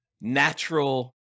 natural